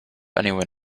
anyone